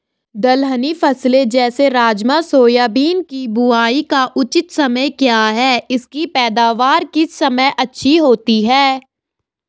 दलहनी फसलें जैसे राजमा सोयाबीन के बुआई का उचित समय क्या है इसकी पैदावार किस समय अच्छी होती है?